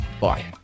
Bye